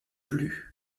plus